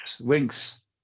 Winks